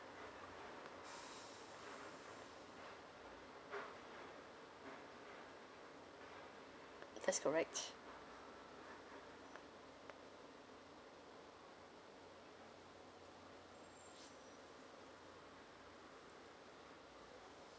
that's correct